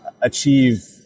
achieve